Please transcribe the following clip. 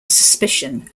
suspicion